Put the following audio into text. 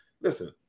listen